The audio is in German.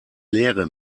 leere